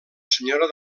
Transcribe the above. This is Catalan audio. senyora